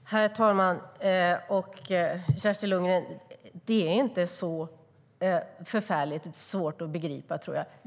Herr talman! Det är inte så förfärligt svårt att begripa, Kerstin Lundgren.